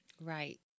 Right